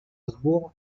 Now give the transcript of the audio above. strasbourg